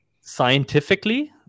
scientifically